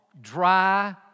dry